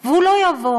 והוא לא יעבור.